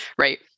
right